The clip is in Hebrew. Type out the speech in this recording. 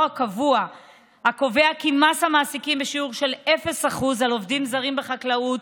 הקובע מס מעסיקים בשיעור של 0% על עובדים זרים בחקלאות.